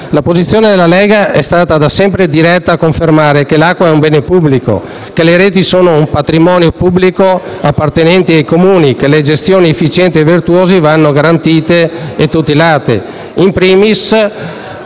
La posizione della Lega è stata da sempre diretta a confermare che l'acqua è un bene pubblico, che le reti sono un patrimonio pubblico appartenente ai Comuni, che le gestioni efficienti e virtuose vanno garantite e tutelate,